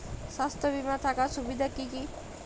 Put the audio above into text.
স্বাস্থ্য বিমা থাকার সুবিধা কী কী?